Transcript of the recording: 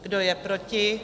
Kdo je proti?